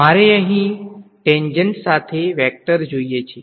મારે અહીં ટેન્જેન્ટ સાથે વેક્ટર જોઈએ છે